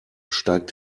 steigt